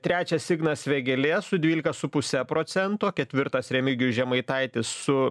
trečias ignas vėgėlė su dvylika su puse procento ketvirtas remigijus žemaitaitis su